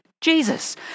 Jesus